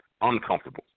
Uncomfortable